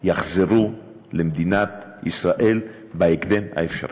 יחזרו למדינת ישראל בהקדם האפשרי.